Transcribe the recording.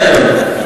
אני יודע, יואל.